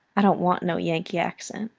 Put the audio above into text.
i don't want no yankee accent.